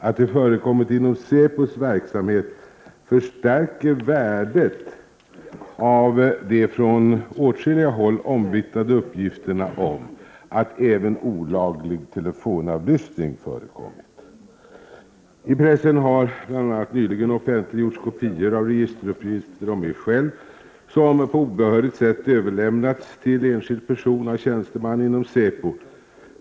Att det förekommit inom säpos verksamhet förstärker även värdet av de från åtskilliga håll omvittnade uppgifterna om att även olaglig telefonavlyssning har ägt rum. I pressen har bl.a. nyligen offentliggjorts kopior av registeruppgifter om mig själv, vilka på obehörigt sätt överlämnats till enskild person av tjänstemän inom säpo.